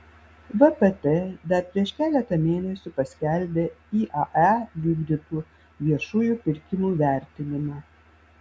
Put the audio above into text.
vpt dar prieš keletą mėnesių paskelbė iae vykdytų viešųjų pirkimų vertinimą